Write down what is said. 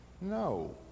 No